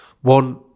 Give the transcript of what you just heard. one